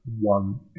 one